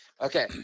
Okay